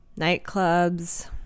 Nightclubs